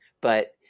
but-